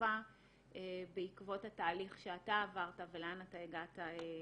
רחבה בעקבות התהליך שאתה עברת ולאן אתה הגעת היום.